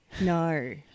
No